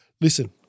listen